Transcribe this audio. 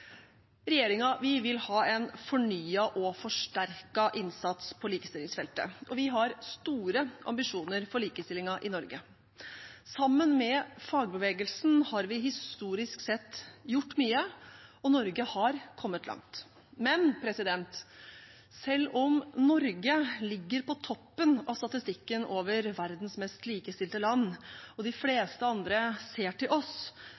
vil ha en fornyet og forsterket innsats på likestillingsfeltet, og vi har store ambisjoner for likestillingen i Norge. Sammen med fagbevegelsen har vi historisk sett gjort mye, og Norge har kommet langt. Men selv om Norge ligger på toppen av statistikken over verdens mest likestilte land og de fleste andre ser til oss,